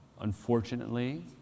Unfortunately